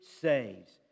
saves